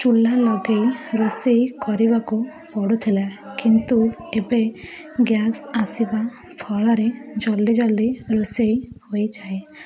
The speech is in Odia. ଚୁଲ୍ଲା ଲଗେଇ ରୋଷେଇ କରିବାକୁ ପଡ଼ୁଥିଲା କିନ୍ତୁ ଏବେ ଗ୍ୟାସ୍ ଆସିବା ଫଳରେ ଜଲଦି ଜଲଦି ରୋଷେଇ ହୋଇଯାଏ